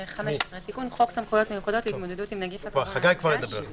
תיקון חוק סמכויות מיוחדות להתמודדות עם נגיף הקורונה החדש